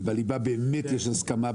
ובליבה באמת יש הסכמה.